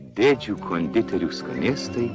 dėdžių konditerių skanėstai